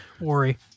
worry